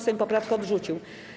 Sejm poprawkę odrzucił.